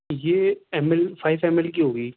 یہ M L five M L کی ہوگی